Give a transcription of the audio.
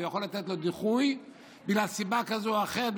הוא יכול לתת לו דיחוי בגלל סיבה כזאת או אחרת,